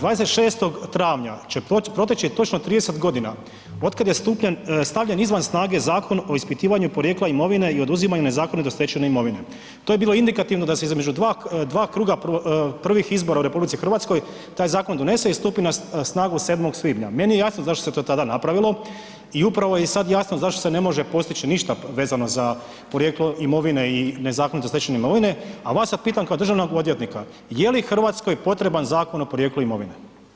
26. travnja će proteći točno 30.g. otkad je stavljen izvan snage Zakon o ispitivanju porijekla imovine i oduzimanju nezakonito stečene imovine, to je bilo indikativno da se između 2 kruga prvih izbora u RH taj zakon donese i stupi na snagu 7. svibnja, meni je jasno zašto se to tada napravilo i upravo je i sad jasno zašto se ne može postići ništa vezano za porijeklo imovine i nezakonito stečene imovine, a vas sad pitam kao državnog odvjetnika, je li RH potreban Zakon o porijeklu imovine?